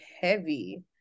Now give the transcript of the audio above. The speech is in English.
heavy